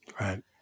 right